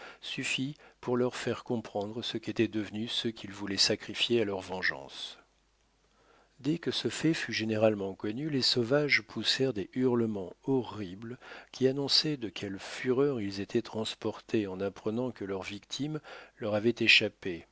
pour leur faire comprendre ce qu'étaient devenus ceux qu'ils voulaient sacrifier à leur vengeance dès que ce fait fut généralement connu les sauvages poussèrent des hurlements horribles qui annonçaient de quelle fureur ils étaient transportés en apprenant que leurs victimes leur avaient échappé